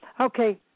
Okay